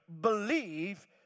believe